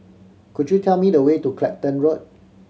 could you tell me the way to Clacton Road